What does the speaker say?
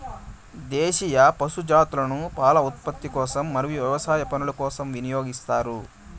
దేశీయ పశు జాతులను పాల ఉత్పత్తి కోసం మరియు వ్యవసాయ పనుల కోసం వినియోగిస్తారు